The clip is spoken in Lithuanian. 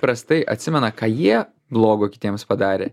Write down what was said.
prastai atsimena ką jie blogo kitiems padarė